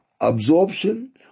absorption